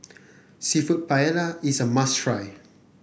seafood Paella is a must try